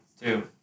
Two